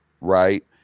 right